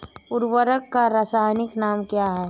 उर्वरक का रासायनिक नाम क्या है?